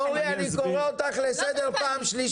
אורלי, אני קורא אותך לסדר פעם שלישית.